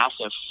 massive